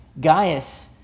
Gaius